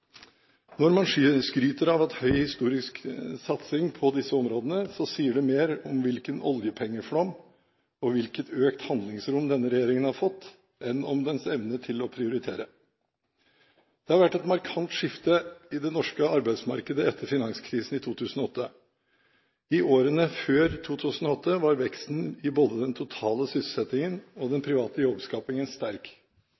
Når man skryter av å ha historisk høy satsing på disse områdene, sier det mer om hvilken oljepengeflom og hvilket økt handlingsrom denne regjeringen har fått, enn om dens evne til å prioritere. Det har vært et markant skifte i det norske arbeidsmarkedet etter finanskrisen i 2008. I årene før 2008 var veksten i både den totale sysselsettingen og